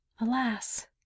alas